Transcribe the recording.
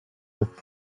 with